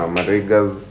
Marigas